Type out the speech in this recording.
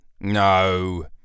No